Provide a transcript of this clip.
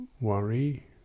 worry